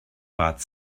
bat